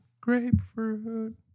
grapefruit